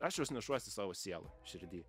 aš juos nešuosi sau sieloj širdy